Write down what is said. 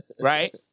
Right